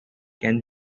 can